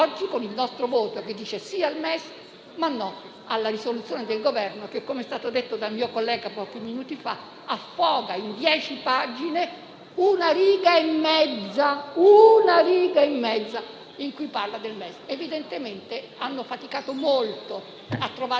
in dieci pagine una riga e mezza in cui parla del MES: evidentemente hanno faticato molto a trovare il loro punto di convergenza. Su questa fragilità del punto di convergenza evidentemente si costruiranno ulteriori soluzioni a rischio,